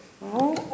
vous